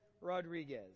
rodriguez